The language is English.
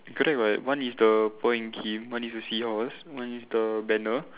correct what one is the Paul and Kim one is the seahorse one is the banner